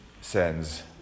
sends